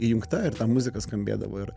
įjungta ir ta muzika skambėdavo ir